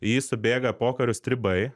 į jį subėga pokario stribai